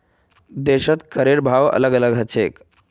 देशत करेर भाव अलग अलग ह छेक